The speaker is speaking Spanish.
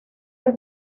que